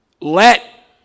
Let